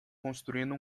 construindo